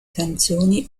canzoni